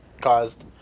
caused